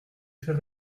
fait